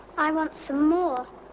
i want some more